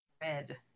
Red